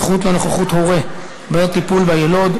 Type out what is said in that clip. זכות לנוכחות הורה בעת טיפול ביילוד),